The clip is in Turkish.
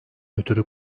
ötürü